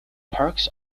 parks